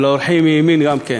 לאורחים מימין גם כן.